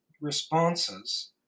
responses